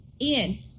Ian